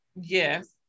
Yes